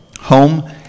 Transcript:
home